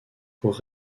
pour